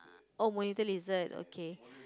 oh monitor lizard okay